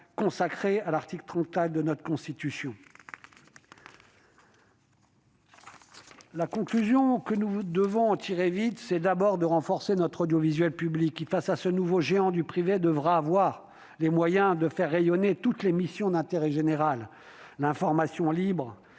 consacrés à l'article 34 de notre Constitution. La première conclusion que nous devons vite en tirer, c'est de renforcer notre audiovisuel public. Face à ce nouveau géant du privé, celui-ci devra avoir les moyens de faire rayonner toutes ses missions d'intérêt général : l'information libre,